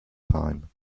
time